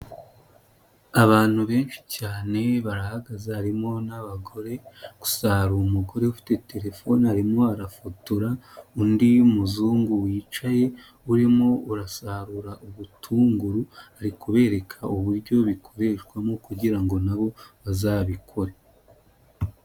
Abantu benshi cyane barahagaze harimo n'abagore, gusa hari umugore ufite telefone arimo arafotora, undi w'umuzungu wicaye, urimo urasarura ubutunguru, ari kubereka uburyo bikoreshwamo kugira ngo nabo bazabikore.